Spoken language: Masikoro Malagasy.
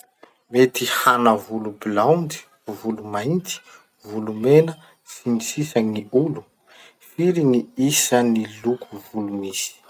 Mety hana volo blaondy, volo mainty, volo mena, sns gny olo. Firy gny isan'ny loko volo misy?